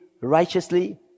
righteously